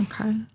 Okay